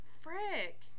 frick